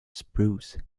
spruce